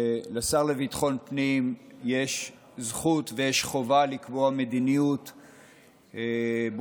שלשר לביטחון הפנים יש זכות ויש חובה לקבוע מדיניות ברורה.